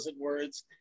words